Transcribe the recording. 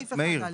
מאיר?